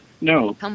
no